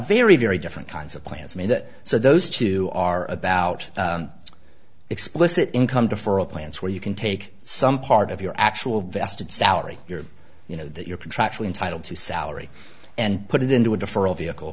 very very different kinds of plants i mean that so those two are about explicit income deferral plans where you can take some part of your actual vested salary your you know that you're contractually entitled to salary and put it into a different vehicle